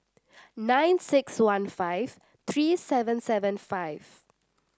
nine six one five three seven seven five